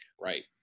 Right